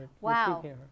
Wow